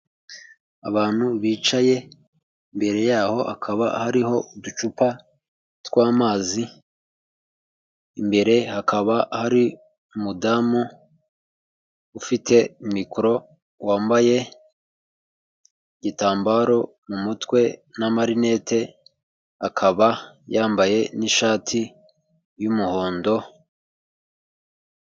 Abantu bicaye imbere yaho akaba hariho uducupa tw'amazi. imbere hakaba hari umudamu ufite mikoro wambaye igitambaro mu mutwe na amarinete akaba yambaye n'ishati y'umuhondo.